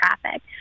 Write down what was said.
traffic